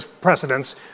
precedents